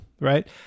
right